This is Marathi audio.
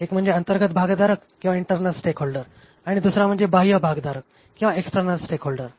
एक म्हणजे अंतर्गत भागधारक किंवा इंटरनल स्टेकहोल्डर आणि दुसरा म्हणजे बाह्य भागधारक किंवा एक्सटरनल स्टेकहोल्डर